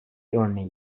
örneği